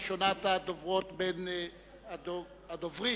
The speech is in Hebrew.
ראשון הדוברים